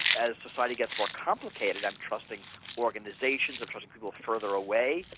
as society gets more complicated i'm trusting organisations, i'm trusting people further away.